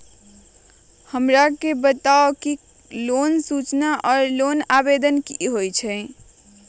हमरा के बताव कि लोन सूचना और लोन आवेदन की होई?